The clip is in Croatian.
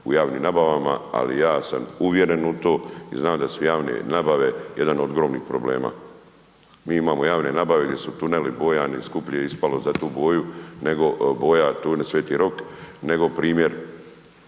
u javnim nabavama, ali ja sam uvjeren u to i znam da su javne nabave jedan od ogromnih problema. Mi imamo javne nabave gdje su tuneli bojani, skuplje je ispalo za tu boju nego boja tunel Sv. Rok, nego primjer